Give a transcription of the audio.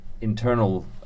internal